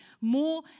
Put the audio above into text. more